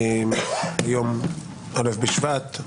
היום א' בשבט.